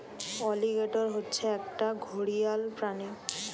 alligator হচ্ছে একটা ঘড়িয়াল প্রাণী